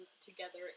together